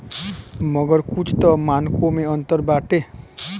मगर कुछ तअ मानको मे अंतर बाटे